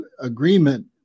agreement